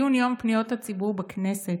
ציון יום פניות הציבור בכנסת